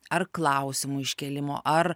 ar klausimų iškėlimo ar